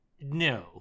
No